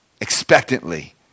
expectantly